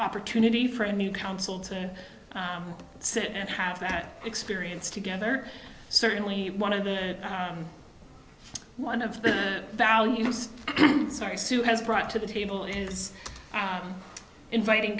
opportunity for a new council to sit and have that experience together certainly one of the one of the values sorry sue has brought to the table is inviting